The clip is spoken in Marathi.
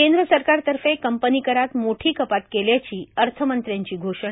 केंद्र सरकारतर्फे कंपनी करात मोठी कपात केल्याची अर्थमंत्र्यांची घोषणा